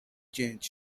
change